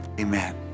Amen